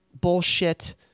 bullshit